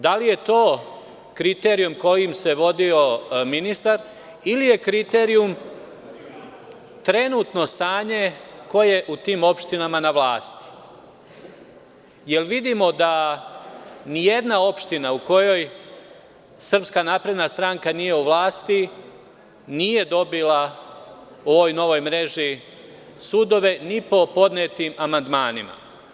Da li je to kriterijum kojim se vodio ministar, ili je kriterijum trenutno stanje ko je u tim opštinama na vlasti, jer vidimo da nijedna opština u kojoj SNS nije u vlasti, nije dobila po ovoj novoj mreži sudove ni po podnetim amandmanima?